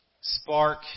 spark